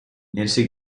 nancy